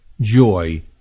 joy